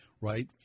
right